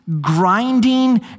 grinding